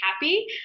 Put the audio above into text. happy